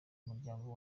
umuryango